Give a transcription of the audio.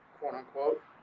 quote-unquote